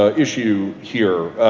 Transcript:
ah issue here.